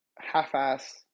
half-ass